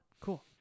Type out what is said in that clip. Cool